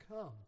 come